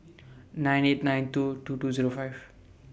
nine eight nine two two two Zero five